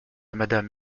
madame